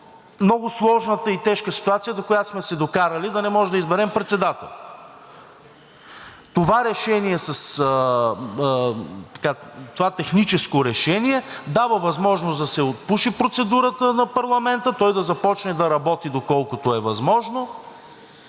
много сложната и тежка ситуация, до която сме се докарали – да не можем да изберем председател. Това техническо решение дава възможност да се отпуши процедурата на парламента, той да започне да работи, доколкото е възможно,